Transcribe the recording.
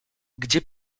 gdzie